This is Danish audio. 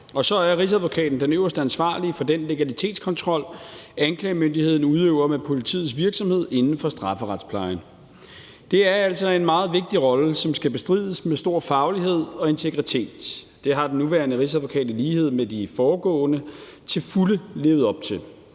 Så er Rigsadvokaten også den øverste ansvarlige for den legalitetskontrol, anklagemyndigheden udøver med politiets virksomhed inden for strafferetsplejen. Det er altså en meget vigtig rolle, som skal bestrides med stor faglighed og integritet, og det har den nuværende rigsadvokat i lighed med de foregående rigsadvokater til fulde levet op til.